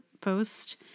post